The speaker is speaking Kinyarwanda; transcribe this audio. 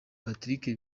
patrick